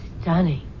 stunning